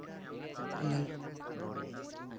ᱚᱱᱰᱮ